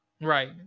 Right